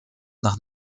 nach